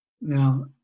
Now